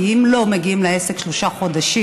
כי אם לא מגיעים לעסק שלושה חודשים,